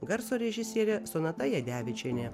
garso režisierė sonata jadevičienė